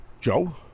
Joe